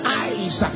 eyes